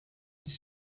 this